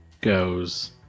goes